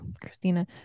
christina